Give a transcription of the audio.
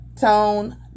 Tone